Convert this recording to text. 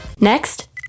Next